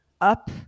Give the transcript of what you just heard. up